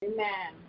Amen